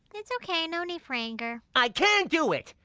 it's ok, no need for anger. i can do it!